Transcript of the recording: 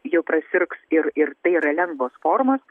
jau prasirgs ir ir tai yra lengvos formos